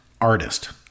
artist